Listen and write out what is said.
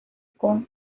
con